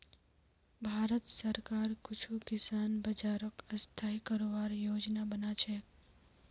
भारत सरकार कुछू किसान बाज़ारक स्थाई करवार योजना बना छेक